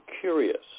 curious